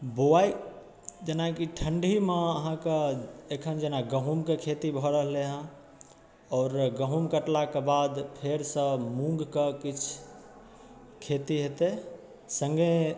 बोआइ जेनाकि ठण्डीमे अहाँकऽ एखन जेना गहुँमके खेती भऽ रहलै हँ आओर गहुँ म कटलाक बाद फेरसँ मुङ्ग कऽ किछु खेती होयतै सङ्गे